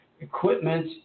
equipment